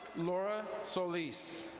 laura solis.